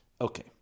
Okay